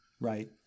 right